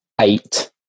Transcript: eight